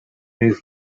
days